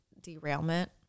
derailment